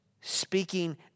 Speaking